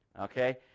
Okay